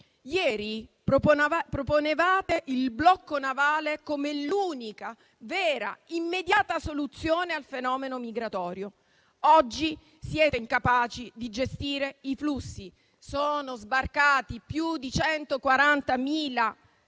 Ieri proponevate il blocco navale come unica, vera e immediata soluzione al fenomeno migratorio. Oggi siete incapaci di gestire i flussi. Sono sbarcati più di 140.000